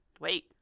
wait